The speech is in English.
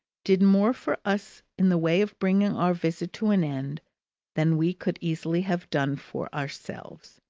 did more for us in the way of bringing our visit to an end than we could easily have done for ourselves.